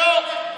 זה לא,